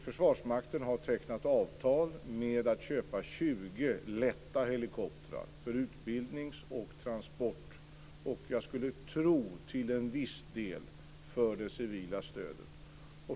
Försvarsmakten har tecknat avtal om att köpa 20 lätta helikoptrar för utbildning och transport och, skulle jag tro, till en viss del för det civila stödet.